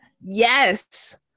Yes